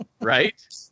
Right